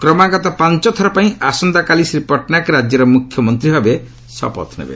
କ୍ରମାଗତ ପଞ୍ଚମଥର ପାଇଁ ଆସନ୍ତାକାଲି ଶ୍ରୀ ପଟ୍ଟନାୟକ ରାଜ୍ୟର ମୁଖ୍ୟମନ୍ତ୍ରୀ ଭାବେ ଶପଥ ନେବେ